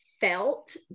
felt